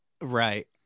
Right